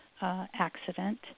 accident